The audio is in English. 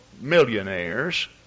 millionaires